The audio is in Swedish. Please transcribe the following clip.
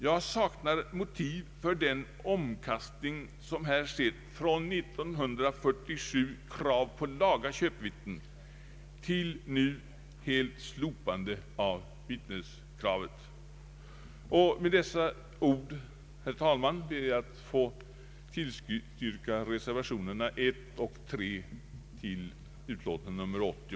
Jag saknar motiv för den omkastning som här skett från krav på laga köpevittnen 1947 till nu helt slopande av vittneskravet. Med dessa ord, herr talman, ber jag att få tillstyrka reservationerna I och III i utlåtande nr 80.